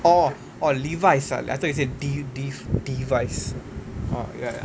orh orh levis's ah I thought you say dev~ dev~ device orh ya ya